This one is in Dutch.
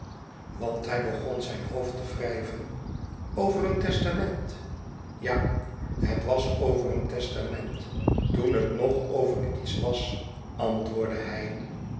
want hij begon zijn hoofd te wrijven over een testament ja het was over een testament toen het nog over iets was antwoordde hij